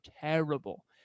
terrible